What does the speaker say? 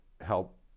help